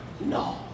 no